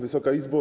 Wysoka Izbo!